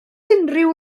unrhyw